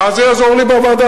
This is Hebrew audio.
מה זה יעזור לי בוועדה?